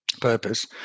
purpose